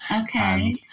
okay